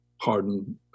hardened